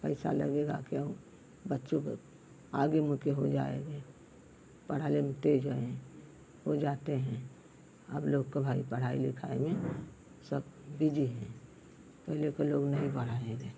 पैसा लगेगा क्यों बच्चों प आगे मुके हो जाएगे पढ़ने में तेज हैं वो जाते हैं हम लोग का भाई पढ़ाई लिखाई में सब बीजी हैं पहले के लोग नहीं भराई